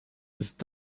ist